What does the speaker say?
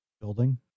building